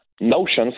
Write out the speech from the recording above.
notions